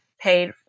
paid